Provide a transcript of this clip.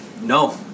No